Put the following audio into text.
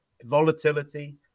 volatility